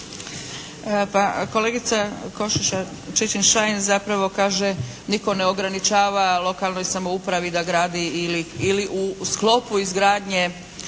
Pa kolegica Košiša Čičin-Šain zapravo kaže nitko ne ograničava lokalnoj samoupravi da gradi ili u sklopu izgradnje